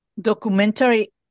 documentary